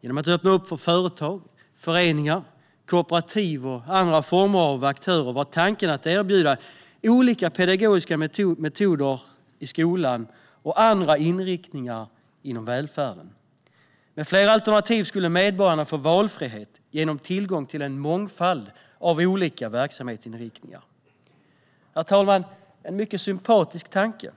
Genom att öppna för företag, föreningar, kooperativ och andra former av aktörer var tanken att erbjuda olika pedagogiska metoder i skolan och andra inriktningar inom välfärden. Med flera alternativ skulle medborgarna få valfrihet genom tillgång till en mångfald av olika verksamhetsinriktningar. Herr talman! Detta är en mycket sympatisk tanke,